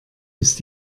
ist